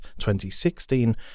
2016